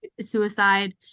suicide